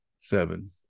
seven